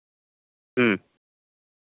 ᱦᱮᱸ